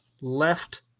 left